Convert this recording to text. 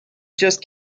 just